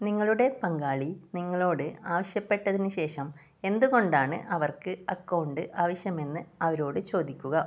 നിങ്ങളുടെ പങ്കാളി നിങ്ങളോട് ആവശ്യപ്പെട്ടതിന് ശേഷം എന്തുകൊണ്ടാണ് അവർക്ക് അക്കൗണ്ട് ആവശ്യമെന്ന് അവരോട് ചോദിക്കുക